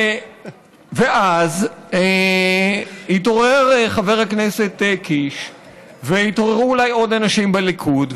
ואז התעורר חבר הכנסת קיש והתעוררו אולי עוד אנשים בליכוד,